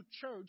church